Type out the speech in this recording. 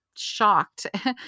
Shocked